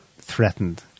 threatened